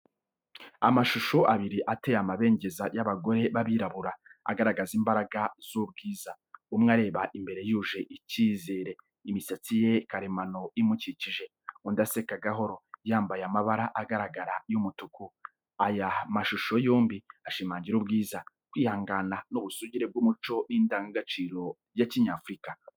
Amashusho abiri ateye amabengeza y’abagore b’abirabura, agaragaza imbaraga n’ubwiza. Umwe areba imbere yuje icyizere, imisatsi ye karemano imukikije. Undi aseka gahoro, yambaye amabara agaragara y'umutuku. Aya mashusho yombi ashimangira ubwiza, kwihangana, n’ubusugire bw’umuco n’indangamuntu ya kinyafurika.